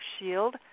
shield